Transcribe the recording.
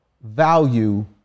value